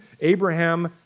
Abraham